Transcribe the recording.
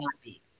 happy